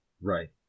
Right